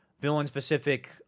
villain-specific